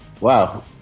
Wow